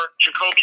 Jacoby